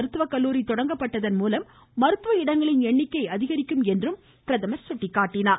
மருத்துவ கல்லூரி தொடங்கப்பட்டதன் மூலம் மருத்துவ இடங்களின் எண்ணிக்கை அதிகரிக்கும் என்றும் அவர் சுட்டிக்காட்டினார்